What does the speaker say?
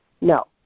No